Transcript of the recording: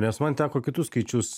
nes man teko kitus skaičius